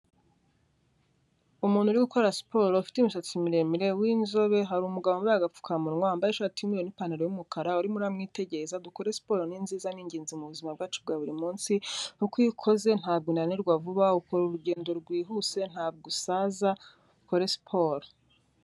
Umuntu uri gukora siporo ufite imisatsi miremire w'inzobe hari umugabo wambaye agapfukamunwa wambaye ishati y'umweru n'ipantaro y'umukara, aririmo uramwitegereza. Dukore siporo ni nziza ni ingenzi mu buzima bwacu bwa buri munsi kuko iyo uyikoze ntabwo unanirwa vuba, ukora urugendo rwihuse ntabwo usaza dukore siporo.